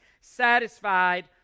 satisfied